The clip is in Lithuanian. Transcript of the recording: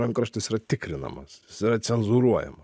rankraštis yra tikrinamas jis yra cenzūruojama